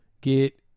get